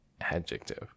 Adjective